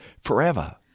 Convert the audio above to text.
forever